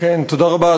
תודה רבה,